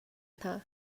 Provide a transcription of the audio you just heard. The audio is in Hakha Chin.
hna